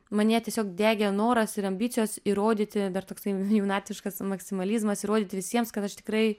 manyje tiesiog degė noras ir ambicijos įrodyti dar toksai jaunatviškas maksimalizmas įrodyti visiems kad aš tikrai